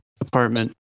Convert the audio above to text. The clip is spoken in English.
apartment